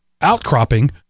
outcropping